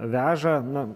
veža na